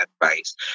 advice